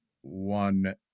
One